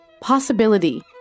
Possibility